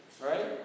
right